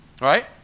Right